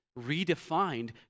redefined